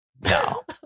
No